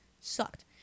Sucked